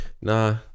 Nah